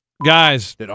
Guys